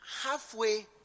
halfway